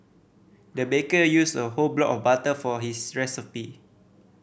the baker used a whole block of butter for his recipe